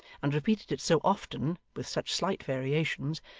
and repeated it so often, with such slight variations,